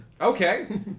Okay